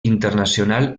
internacional